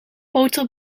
boter